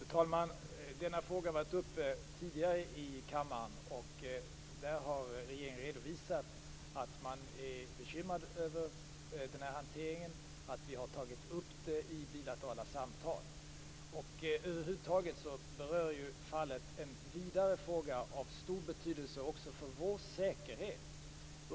Fru talman! Denna fråga har varit uppe tidigare här i kammaren. Regeringen har då redovisat att man är bekymrad över hanteringen och att vi har tagit upp det här i bilaterala samtal. Över huvud taget berör fallet en vidare fråga av stor betydelse också för vår säkerhet.